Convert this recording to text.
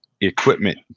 equipment